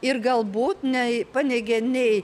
ir galbūt nei paneigė nei